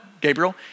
Gabriel